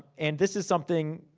and this is something,